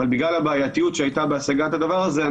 אבל בגלל הבעייתיות שהייתה בהשגת הדבר הזה,